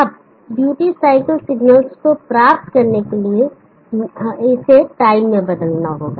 अब duty cycle signals को प्राप्त करने के लिए इसे टाइम मैं बदलना होगा